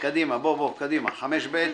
קדימה, 5(ב).